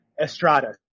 Estrada